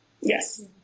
Yes